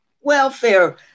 Welfare